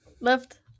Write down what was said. left